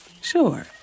Sure